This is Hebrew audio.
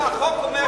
זה החוק אומר,